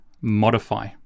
modify